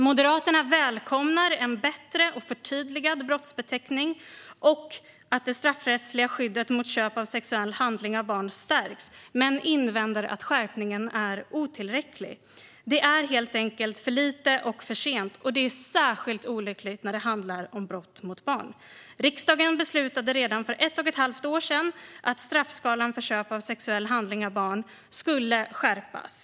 Moderaterna välkomnar en bättre och förtydligad brottsbeteckning och att det straffrättsliga skyddet mot köp av sexuell handling av barn stärks men invänder att skärpningen är otillräcklig. Det är helt enkelt för lite och för sent, och detta är särskilt olyckligt när det handlar om brott mot barn. Riksdagen beslutade redan för ett och ett halvt år sedan att straffskalan för köp av sexuell handling av barn skulle skärpas.